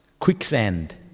Quicksand